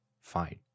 Fine